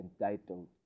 entitled